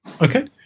Okay